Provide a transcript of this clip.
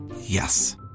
Yes